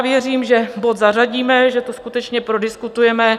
Věřím, že bod zařadíme, že to skutečně prodiskutujeme.